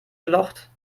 gelocht